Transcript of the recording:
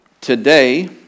today